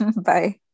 Bye